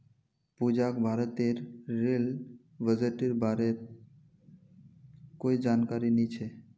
पूजाक भारतेर रेल बजटेर बारेत कोई जानकारी नी छ